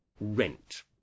Rent